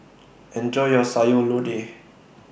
Enjoy your Sayur Lodeh